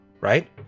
right